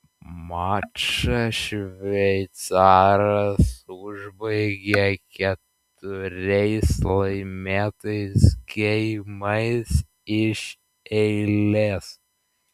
mačą šveicaras užbaigė keturiais laimėtais geimais iš eilės